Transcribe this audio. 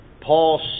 Paul